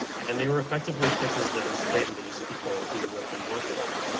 and they were effectively places that enslaved indigenous people who lived and worked there.